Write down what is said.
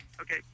Okay